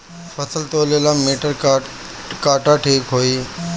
फसल तौले ला मिटर काटा ठिक होही?